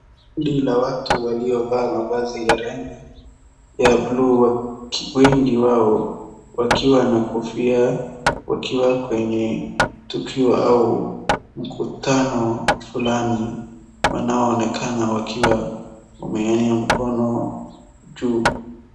Kundi la watu waliovaa mavazi ya rangi ya buluu wengi wao wakiwa na kofia wakiwa kwenye tukio au mkutano fulani, wanaonekana wakiwa wameeka mikono juu.